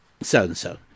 so-and-so